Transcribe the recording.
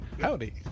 Howdy